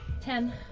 ten